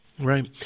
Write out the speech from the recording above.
Right